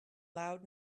loud